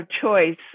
choice